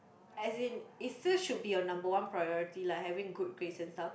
as in it 's just should be your number one priority lah having good grades and stuff